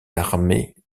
armées